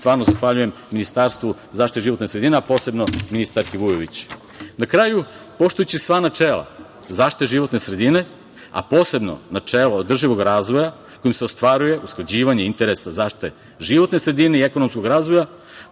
stvarno zahvaljujem Ministarstvu za zaštitu životne sredine, a posebno ministarki Vujović. Na kraju, poštujući sva načela zaštite životne sredine, a posebno načelo održivog razvoja, kojim se ostvaruje usklađivanje interesa zaštite životne sredine i ekonomskog razvoja,